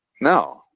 no